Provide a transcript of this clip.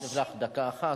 אני מוסיף לך דקה אחת,